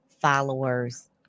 followers